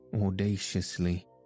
audaciously